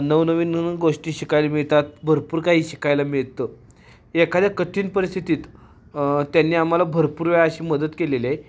नवनवीन गोष्टी शिकायला मिळतात भरपूर काही शिकायला मिळत एखाद्या कठीण परिस्थितीत त्यांनी आम्हाला भरपूर वेळा अशी मदत केलेली आहे